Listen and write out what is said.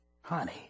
honey